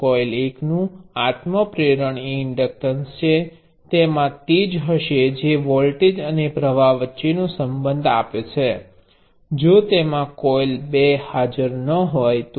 coil 1 નુ self inductance એ inductance છે તેમાં તેજ હશે જે વોલ્ટેજ અને પ્ર્વાહ વચ્ચેનો સંબંધ આપે છે જો તેમા કોઇલ બે હાજર ન હોય તો